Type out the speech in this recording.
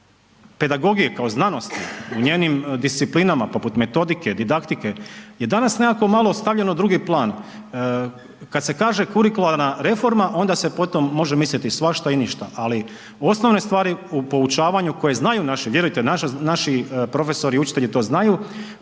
znamo o pedagogiji kao znanosti u njenim disciplinama poput metodike, didaktike je danas nekako ostavljeno u drugi plan. Kad se kaže kurikularna reforma onda se potom može misliti svašta i ništa. Ali u osnovnoj stvari u poučavanju koji znaju naši, vjerujte, naši profesori i učitelji to znaju,